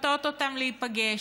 לפתות אותם להיפגש,